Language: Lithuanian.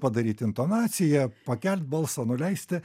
padaryt intonaciją pakelt balsą nuleisti